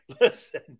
listen